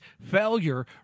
failure